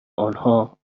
انها